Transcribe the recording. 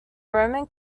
roman